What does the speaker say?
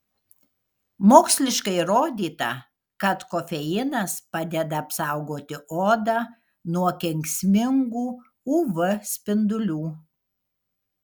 moksliškai įrodyta kad kofeinas padeda apsaugoti odą nuo kenksmingų uv spindulių